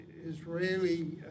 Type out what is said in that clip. Israeli